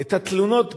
את התלונות,